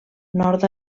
nord